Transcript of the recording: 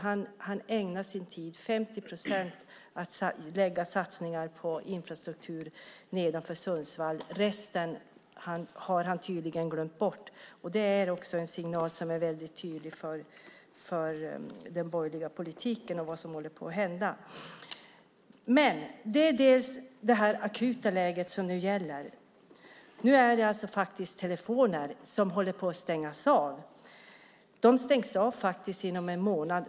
Han ägnade 50 procent av sin tid åt att lägga satsningar på infrastruktur söder om Sundsvall. Resten har han tydligen glömt bort. Det är också en väldigt tydlig signal från den borgerliga politiken om vad som håller på att hända. Men det är det akuta läget som gäller. Nu håller faktiskt telefoner på att stängas av. De stängs av inom en månad.